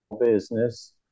business